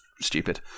stupid